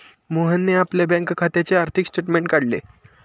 मोहनने आपल्या बँक खात्याचे आर्थिक स्टेटमेंट काढले